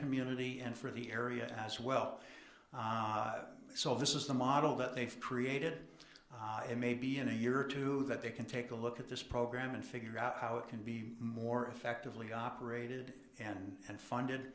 community and for the area as well so this is the model that they've created and maybe in a year or two that they can take a look at this program and figure out how it can be more effectively operated and funded